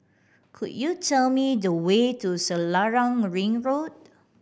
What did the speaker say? could you tell me the way to Selarang Ring Road